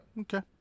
Okay